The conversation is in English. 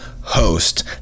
host